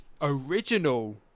original